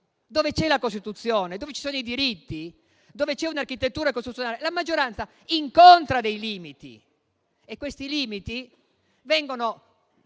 Dove c'è la Costituzione, dove ci sono i diritti, dove c'è un'architettura costituzionale, la maggioranza incontra dei limiti e questi limiti vengono